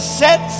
set